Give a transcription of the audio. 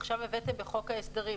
עכשיו הבאתם בחוק ההסדרים,